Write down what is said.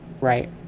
right